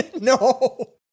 no